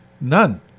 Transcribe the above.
none